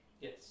Yes